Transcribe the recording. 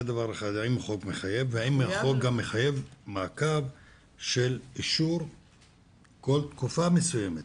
והאם החוק גם מחייב מעקב של אישור כל תקופה מסוימת?